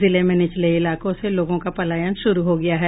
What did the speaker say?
जिले में निचले इलाकों से लोगों का पलायन शुरू हो गया है